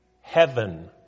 Heaven